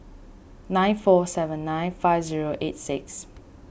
nine four seven nine five zero eight six